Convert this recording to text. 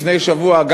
לפני שבוע,